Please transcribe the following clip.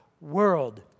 world